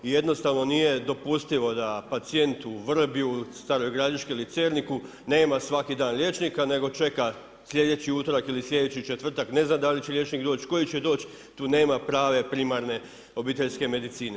Jednostavno nije dopustivo da pacijent u Vrbju, Staroj Gradiški ili Cerniku nema svaki dan liječnika nego čeka slijedeći utorak ili slijedeći četvrtak, ne zna da li će liječnik doć, koji će doć, tu nema prave primarne obiteljske medicine.